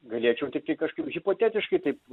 galėčiau tiktai kažkaip hipotetiškai taip